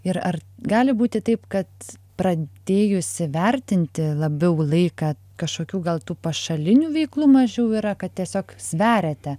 ir ar gali būti taip kad pradėjusi vertinti labiau laiką kažkokių gal tų pašalinių veiklų mažiau yra kad tiesiog sveriate